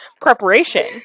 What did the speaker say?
preparation